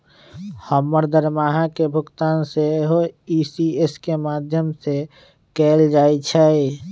हमर दरमाहा के भुगतान सेहो इ.सी.एस के माध्यमें से कएल जाइ छइ